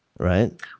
right